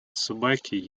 собаки